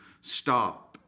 stop